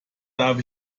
darf